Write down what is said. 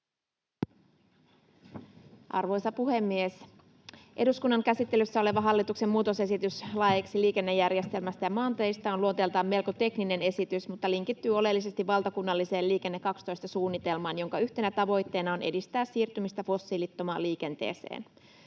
Arvoisa puhemies! Eduskunnan käsittelyssä oleva hallituksen muutosesitys laeiksi liikennejärjestelmästä ja maanteistä on luonteeltaan melko tekninen esitys mutta linkittyy oleellisesti valtakunnalliseen Liikenne 12 ‑suunnitelmaan, jonka yhtenä tavoitteena on edistää siirtymistä fossiilittomaan liikenteeseen.